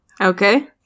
Okay